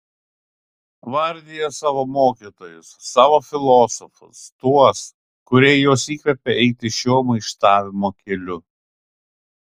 vardija savo mokytojus savo filosofus tuos kurie juos įkvėpė eiti šiuo maištavimo keliu